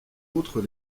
autres